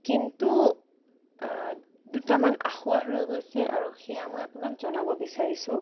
কিন্তু দুটামান আসোৱাঁহ ৰৈ গৈছে আৰু সেয়া মই আপোনাক জনাব বিছাৰিছোঁ